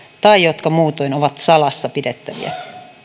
tai jotka muutoin ovat salassa pidettäviä